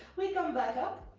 we come back up.